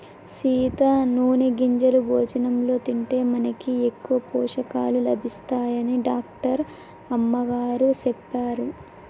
సీత నూనె గింజలు భోజనంలో తింటే మనకి ఎక్కువ పోషకాలు లభిస్తాయని డాక్టర్ అమ్మగారు సెప్పారు